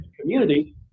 community